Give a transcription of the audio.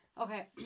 Okay